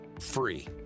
free